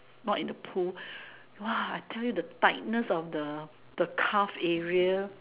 not in the pool [wah] I tell you the tightness of the calf area